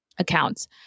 accounts